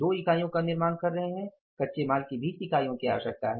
2 इकाइयों का निर्माण कर रहे हैं कच्चे माल की 20 इकाइयों की आवश्यकता है